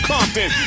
Compton